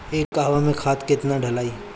एक कहवा मे खाद केतना ढालाई?